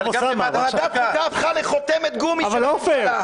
ועדת חוקה הפכה לחותמת גומי של הממשלה.